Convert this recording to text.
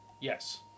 Yes